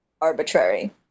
arbitrary